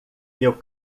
meu